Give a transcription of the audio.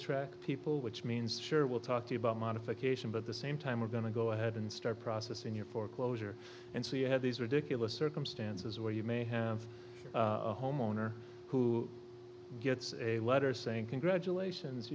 track people which means sure we'll talk to you about modification but the same time we're going to go ahead and start processing your foreclosure and so you have these ridiculous circumstances where you may have a homeowner who gets a letter saying congratulations